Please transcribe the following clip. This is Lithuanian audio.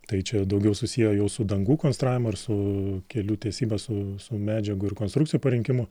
tai čia daugiau susiję jau su dangų konstravimu ar su kelių tiesyba su su medžiagų ir konstrukcijų parinkimu